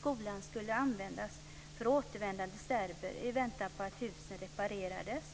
Skolan skulle användas för återvändande serber i väntan på att hus reparerades.